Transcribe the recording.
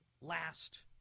last